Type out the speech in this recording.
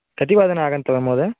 कति वादने आगन्तव्यं महोदय